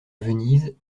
venise